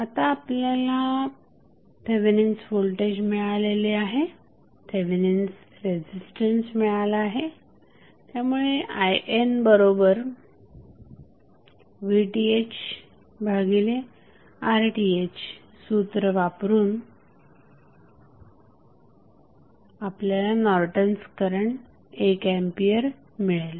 आता आपल्याला Thevenin's voltage मिळालेले आहे थेवेनिन्स रेझिस्टन्स मिळाला आहे त्यामुळे INVThRTh सूत्र वापरून आपल्याला नॉर्टन्स करंट 1 एंपियर मिळेल